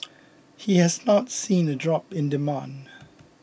he has not seen a drop in demand